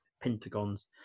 pentagons